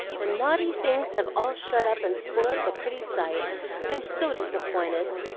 the naughty things have all shut up and spoilt the pretty sight i'm so disappointed,